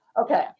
okay